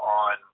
on